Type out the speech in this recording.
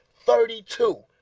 thirty two!